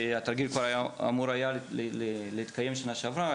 והתרגיל כבר אמור היה להתקיים בשנה שעברה,